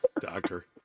doctor